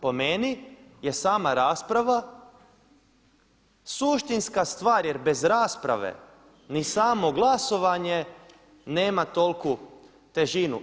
Pa meni je sama rasprava suštinska stvar jer bez rasprave ni samo glasovanje nema toliku težinu.